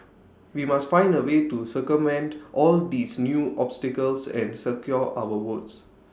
we must find A way to circumvent all these new obstacles and secure our votes